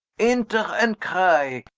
enter and cry,